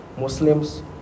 Muslims